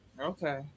Okay